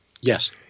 Yes